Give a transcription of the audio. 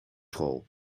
school